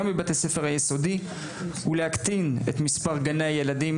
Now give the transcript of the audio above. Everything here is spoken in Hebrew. גם בבתי ספר היסודי ולהקטין את מספר גני הילדים,